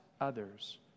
others